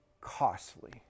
costly